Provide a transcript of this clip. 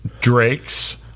Drake's